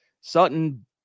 Sutton